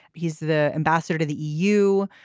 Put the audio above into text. he's the ambassador to the eu.